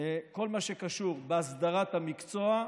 בכל מה שקשור בהסדרת המקצוע,